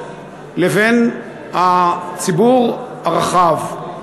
לבין הציבור הרחב,